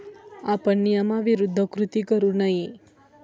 आपण नियमाविरुद्ध कृती करू नये